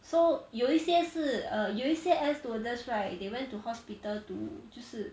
so 有一些是 err 有一些 air stewardess right they went to hospital to 就是